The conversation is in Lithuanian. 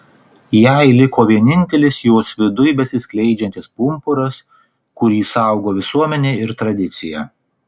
jai liko vienintelis jos viduj besiskleidžiantis pumpuras kurį saugo visuomenė ir tradicija